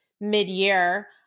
mid-year